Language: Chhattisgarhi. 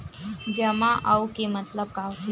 जमा आऊ के मतलब का होथे?